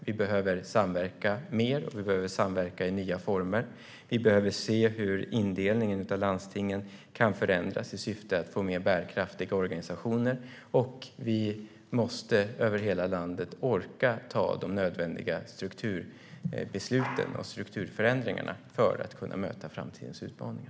Vi behöver samverka mer, och vi behöver samverka i nya former. Vi behöver se hur indelningen av landstingen kan förändras i syfte att få mer bärkraftiga organisationer. Vi måste över hela landet orka fatta de nödvändiga strukturbesluten och genomföra de nödvändiga strukturförändringarna för att kunna möta framtidens utmaningar.